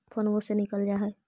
फोनवो से निकल जा है?